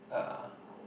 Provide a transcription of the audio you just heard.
a